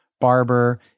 barber